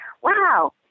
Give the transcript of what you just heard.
Wow